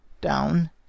down